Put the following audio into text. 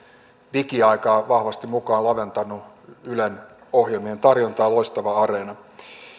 digiaikaan vahvasti mukaan laventanut ylen ohjelmien tarjontaa loistavaa areena